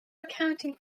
accounting